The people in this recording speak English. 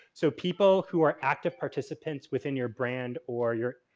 so, people who are active participants within your brand or your,